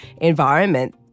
environment